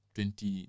Twenty